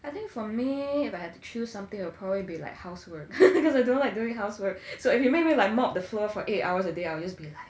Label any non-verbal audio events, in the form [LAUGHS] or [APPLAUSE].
I think for me if I had to choose something I'll probably be like housework [LAUGHS] because I don't like doing housework so if you make me like mop the floor for eight hours a day I'll just be like